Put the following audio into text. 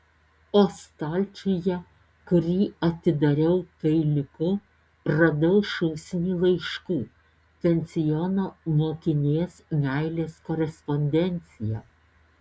o stalčiuje kurį atidariau peiliuku radau šūsnį laiškų pensiono mokinės meilės korespondenciją